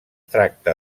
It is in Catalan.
tracta